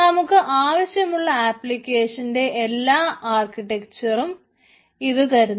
നമുക്ക് ആവശ്യമുള്ള ആപ്ലിക്കേഷന്റെ എല്ലാ ആർക്കിടെക്ച്ചറും ഇത് തരുന്നു